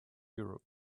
europe